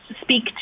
speak